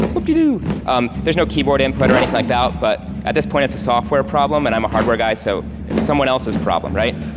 but um there's no keyboard input or anything like that, but at this point it's a software problem and i'm a hardware guy. so it's someone else's problem, right?